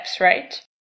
right